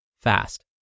fast